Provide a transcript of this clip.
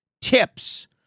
tips